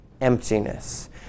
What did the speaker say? emptiness